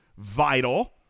vital